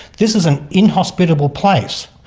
this is an inhospitable place.